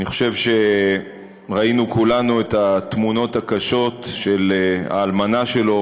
אני חושב שראינו כולנו את התמונות הקשות של האלמנה שלו,